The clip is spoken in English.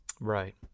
Right